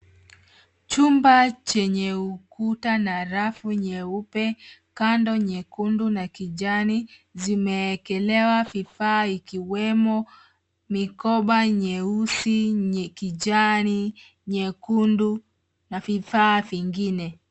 Chumba chenye ukuta na rafu nyeupe, kando nyekundu na kijani , zimeekelewa vifaa ikiwemo mikoba nyeusi, kijani, nyekundu na vifaa vingine.